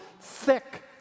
thick